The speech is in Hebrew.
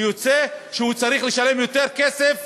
ויוצא שהוא צריך לשלם יותר כסף